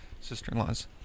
sister-in-laws